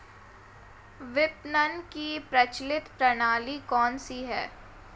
विपणन की प्रचलित प्रणाली कौनसी है?